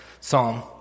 Psalm